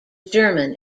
german